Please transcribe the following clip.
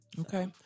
Okay